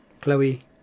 Chloe